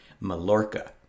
Mallorca